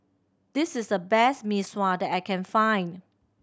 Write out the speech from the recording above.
this is the best Mee Sua that I can find